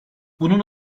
bunun